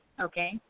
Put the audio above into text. Okay